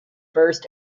first